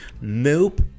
Nope